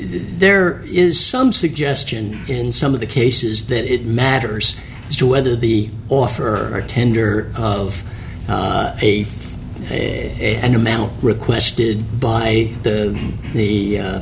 there is some suggestion in some of the cases that it matters as to whether the offer or tender of a a and amount requested by the the